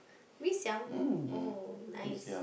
mee-siam oh nice